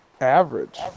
average